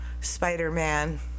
Spider-Man